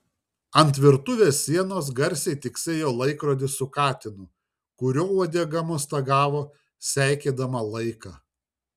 ant virtuvės sienos garsiai tiksėjo laikrodis su katinu kurio uodega mostagavo seikėdama laiką